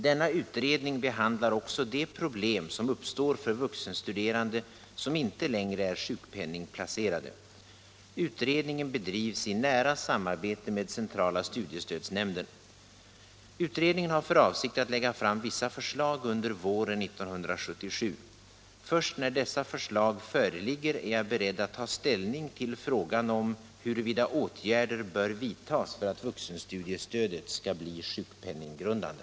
Denna utredning behandlar också de problem som uppstår för vuxenstuderande som inte längre är sjukpenningplacerade. Utredningen bedrivs i nära samarbete med centrala studiestödsnämnden. Utredningen har för avsikt att lägga fram vissa förslag under våren 1977. Först när dessa förslag föreligger är jag beredd att ta ställning till frågan huruvida åtgärder bör vidtas för att vuxenstudiestödet skall bli sjukpenninggrundande.